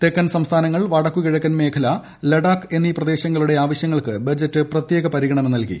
തെക്കൻ സ്ട്രീസ്ഥാനങ്ങൾ വടക്കുകിഴക്കൻ മേഖല ലഡാക്ക് എന്നീട് പ്രദേശങ്ങളുടെ ആവശ്യങ്ങൾക്ക് ബജറ്റ് പ്രത്യേക്ക് പ്രിഗണന നൽകി